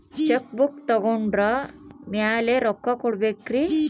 Check book ತೊಗೊಂಡ್ರ ಮ್ಯಾಲೆ ರೊಕ್ಕ ಕೊಡಬೇಕರಿ?